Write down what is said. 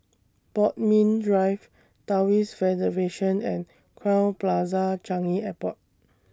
Bodmin Drive Taoist Federation and Crowne Plaza Changi Airport